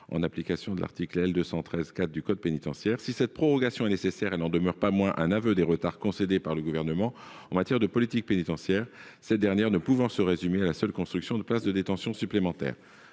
en application de l'article L. 213-4 du code pénitentiaire. Si cette prorogation est nécessaire, elle n'en demeure pas moins un aveu des retards concédés par le Gouvernement en matière de politique pénitentiaire, cette dernière ne pouvant se résumer à la seule construction de places de détention supplémentaires.